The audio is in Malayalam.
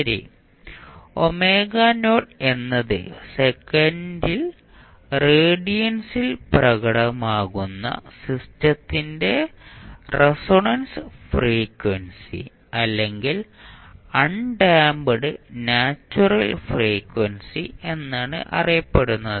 ശരി എന്നത് സെക്കൻഡിൽ റേഡിയൻസിൽ പ്രകടമാകുന്ന സിസ്റ്റത്തിന്റെ റെസൊണന്റ് ഫ്രീക്വൻസി അല്ലെങ്കിൽ അൺഡാംപ്ഡ് നാച്ചുറൽ ഫ്രീക്വൻസി എന്നാണ് അറിയപ്പെടുന്നത്